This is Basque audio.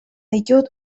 ditut